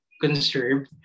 conserve